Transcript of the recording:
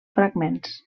fragments